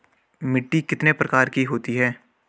मिट्टी कितने प्रकार की होती है?